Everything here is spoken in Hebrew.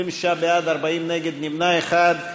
26 בעד, 40 נגד, נמנע אחד.